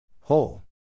Whole